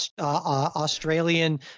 Australian